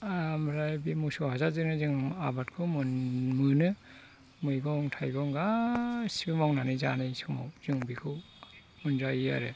आमफ्राय बे मोसौ हासारजोंनो जों आबादखौ मोनो मैगं थाइगं गासिबो मावनानै जानाय समाव जों बेखौ मोनजायो आरो